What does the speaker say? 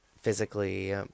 physically